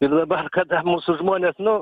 ir dabar kada mūsų žmonės nu